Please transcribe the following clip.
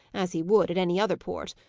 as he would at any other port.